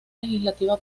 legislativa